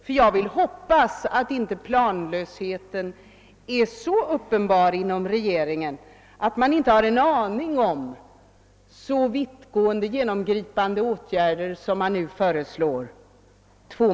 Jag vill nämligen hoppas att inte planlösheten är så uppenbar inom regeringen, att man inte två månader i förväg har en aning om så vittgående och genomgripande åtgärder som man nu föreslår.